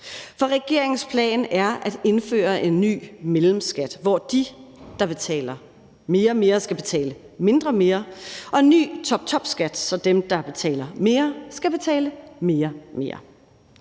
For regeringens plan er at indføre en ny mellemskat, hvor de, der betaler mere mere, skal betale mindre mere, og en ny toptopskat, så dem, der betaler mere, skal betale mere mere.